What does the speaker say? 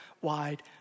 wide